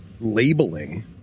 labeling